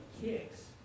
kicks